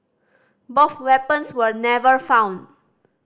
both weapons were never found